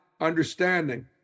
understanding